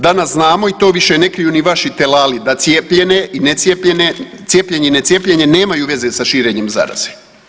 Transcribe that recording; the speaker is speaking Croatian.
Danas znamo i to više ne kriju ni vaši telali da cijepljene i necijepljene, cijepljenje i ne cijepljenje nemaju veze sa širenjem zaraze.